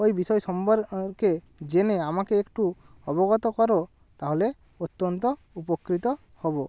ওই বিষয় সম্পর্কে জেনে আমাকে একটু অবগত করো তাহলে অত্যন্ত উপকৃত হব